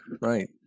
Right